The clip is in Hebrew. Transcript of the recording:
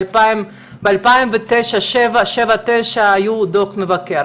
בשנים 2009-2007 היו דוח המבקר,